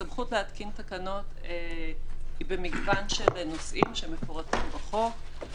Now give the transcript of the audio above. הסמכות להתקין תקנות היא במגוון של נושאים שמפורטים בחוק,